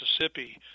Mississippi